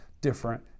different